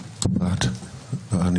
ובלי לדעת אם